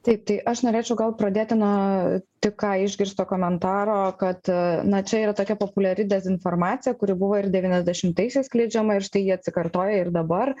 taip tai aš norėčiau gal pradėti nuo tik ką išgirsto komentaro kad na čia yra tokia populiari dezinformacija kuri buvo ir devyniasdešimaisiais skleidžiama ir štai ji ji atsikartoja ir dabar